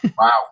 Wow